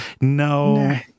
no